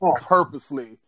purposely